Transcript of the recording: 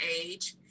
age